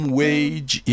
wage